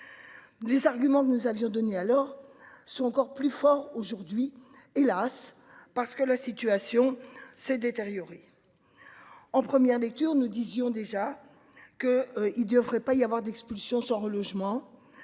Les arguments que nous avions donné alors sont encore plus fort aujourd'hui hélas parce que la situation s'est détériorée. En première lecture, nous disions déjà que il devrait pas y avoir d'expulsion sans relogement.